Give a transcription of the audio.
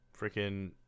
freaking